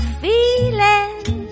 feeling